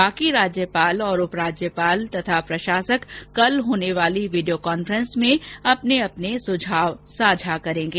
शेष राज्यपाल उपराज्यपाल और प्रशासक कल होने वाली वीडियो कांफ्रेस में अपने अपने अनुभव साझा करेंगे